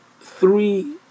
three